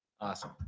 Awesome